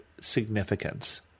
significance